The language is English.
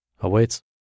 awaits